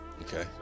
Okay